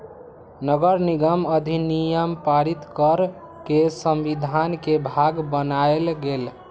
नगरनिगम अधिनियम पारित कऽ के संविधान के भाग बनायल गेल